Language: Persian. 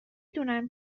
دونم